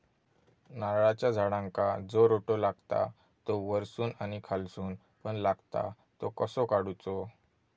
नारळाच्या झाडांका जो रोटो लागता तो वर्सून आणि खालसून पण लागता तो कसो काडूचो?